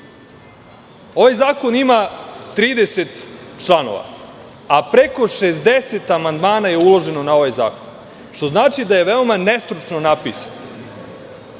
reči. Ovaj zakon ima 30 članova, a preko 60 amandmana je uloženo na ovaj zakon, što znači da je veoma nestručno napisan.